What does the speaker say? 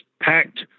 packed